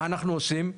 מה אנחנו עושים?